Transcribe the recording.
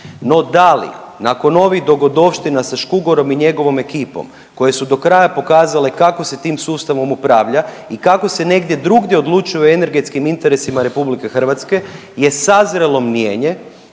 No da li nakon ovih dogodovština sa Škugorom i njegovom ekipom koje su do kraja pokazale kako se tim sustavom upravlja i kako se negdje drugdje odlučuje o energetskim interesima RH je sazrelo mnijenje